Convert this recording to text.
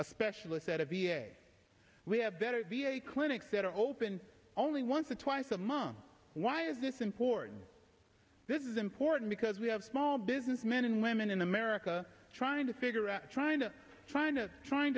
a specialist at a v a we have better v a clinics that are open only once or twice of mom why is this important this is important because we have small business men and women in america trying to figure out trying to trying to trying